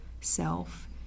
self